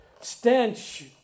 stench